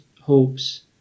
hopes